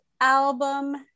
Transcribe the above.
album